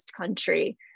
country